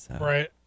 Right